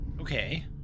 Okay